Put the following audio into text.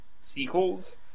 sequels